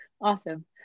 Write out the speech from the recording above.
Awesome